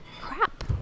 crap